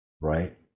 right